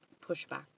pushback